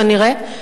כנראה,